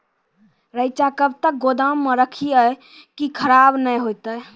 रईचा कब तक गोदाम मे रखी है की खराब नहीं होता?